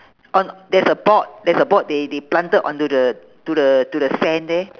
on there's a board there's a board they they planted onto the to the to the sand there